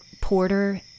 Porter